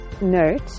note